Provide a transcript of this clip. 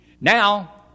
Now